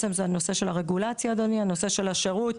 נושא הרגולציה, נושא השירות,